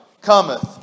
cometh